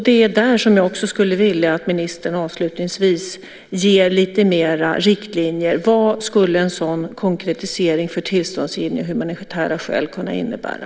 Det är där jag vill att ministern avslutningsvis ger lite mer riktlinjer. Vad skulle en sådan konkretisering för tillståndsgivning av humanitära skäl kunna innebära?